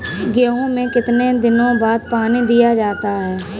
गेहूँ में कितने दिनों बाद पानी दिया जाता है?